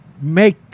make